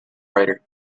writer